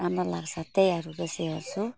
राम्रो लाग्छ त्यहीहरू बेसी हेर्छु